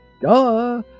Duh